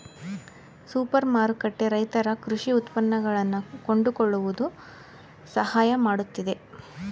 super ಮಾರುಕಟ್ಟೆ ರೈತರ ಕೃಷಿ ಉತ್ಪನ್ನಗಳನ್ನಾ ಕೊಂಡುಕೊಳ್ಳುವುದು ಸಹಾಯ ಮಾಡುತ್ತಿದೆ